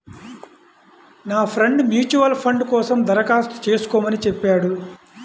నా friend mutual fund కోసం దరఖాస్తు చేస్కోమని చెప్పాడు